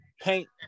paint